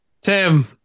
Tim